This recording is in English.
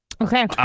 Okay